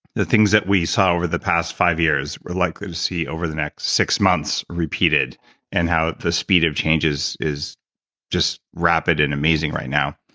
the things that we saw over the past five years we're likely to see over the next six months repeated and how the speed of changes is just rapid and amazing right now.